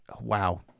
Wow